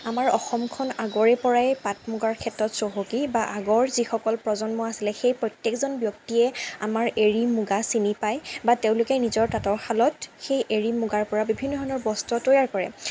আমাৰ অসমখন আগৰে পৰাই পাট মুগাৰ ক্ষেত্ৰত চহকী বা আগৰ যিসকল প্ৰজন্ম আছিলে সেই প্ৰত্যেকজন ব্যক্তিয়ে আমাৰ এৰী মুগা চিনি পায় বা তেওঁলোকে নিজৰ তাঁতৰ শালত সেই এৰী মুগাৰ পৰা বিভিন্ন বস্ত্ৰ তৈয়াৰ কৰে